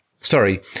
Sorry